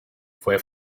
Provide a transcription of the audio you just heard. fue